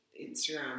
Instagram